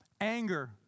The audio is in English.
anger